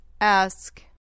Ask